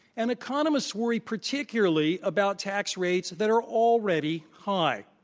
and economists worry, particularly, about tax rates that are already high.